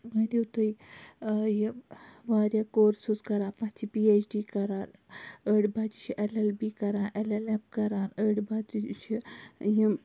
مٲنِو تُہۍ یہِ وارِیاہ کورسِز کَران پَتہٕ چھِ پی ایچ ڈی کَران أڈۍ بَچہِ چھِ ایل ایل بی کَران ایل ایل ایم کَران أڈۍ بَچہِ چھِ یِم